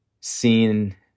seen